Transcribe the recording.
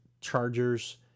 chargers